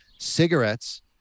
Cigarettes